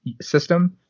system